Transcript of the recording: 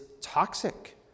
toxic